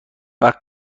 وقت